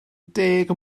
deg